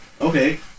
Okay